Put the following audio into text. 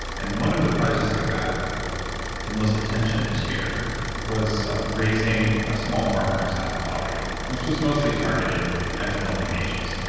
and one of the prizes that got the most attention this year was raising ah small farmers out of poverty. this was mostly targeted at developing nations,